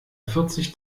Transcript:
vierzig